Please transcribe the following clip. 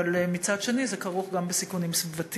אבל מצד שני זה כרוך גם בסיכונים סביבתיים.